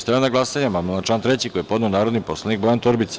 Stavljam na glasanje amandman na član 3. koji je podneo narodni poslanik Bojan Torbica.